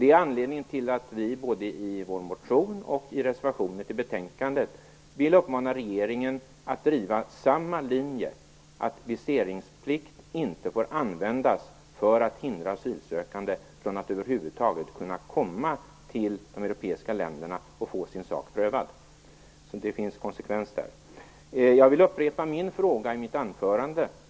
Det är anledningen till att vi både i vår motion och i vår reservation till betänkandet vill uppmana regeringen att driva samma linje, att viseringsplikt inte får användas för att hindra asylsökande från att över huvud taget kunna komma till de europeiska länderna och få sin sak prövad. Det finns en konsekvens där. Jag vill upprepa min fråga.